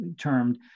Termed